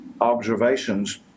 observations